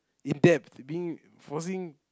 in depth being forcing